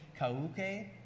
Kauke